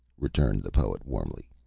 returned the poet, warmly,